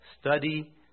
Study